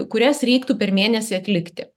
kurias reiktų per mėnesį atlikti